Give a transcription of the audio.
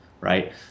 right